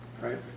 Right